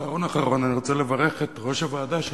ואחרון-אחרון אני רוצה לברך את יושב-ראש הוועדה שלי.